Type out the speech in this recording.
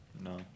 no